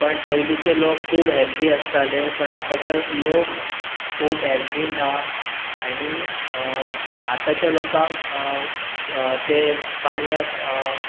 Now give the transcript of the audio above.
पण पयलींचे लोक खूब हेल्दी आसताले पण आतांचे लोक खूब हेल्दी ना आनी आतांच्या लोकांक ते पाणया